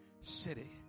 city